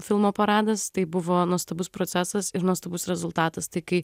filmo paradas tai buvo nuostabus procesas ir nuostabus rezultatas tai kai